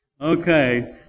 Okay